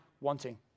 wanting